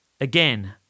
Again